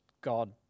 God